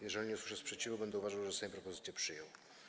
Jeżeli nie usłyszę sprzeciwu, będę uważał, że Sejm propozycję przyjął.